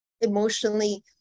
emotionally